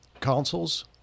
councils